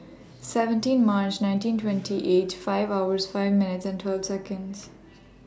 seventeen March nineteen twenty eight five hours five minutes and twelve Seconds